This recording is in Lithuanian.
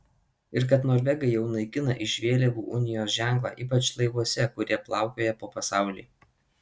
ir kad norvegai jau naikina iš vėliavų unijos ženklą ypač laivuose kurie plaukioja po pasaulį